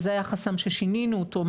וזה היה חסם ששינינו אותו,